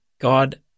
God